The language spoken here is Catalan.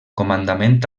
comandament